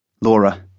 Laura